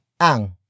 ANG